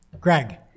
Greg